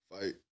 fight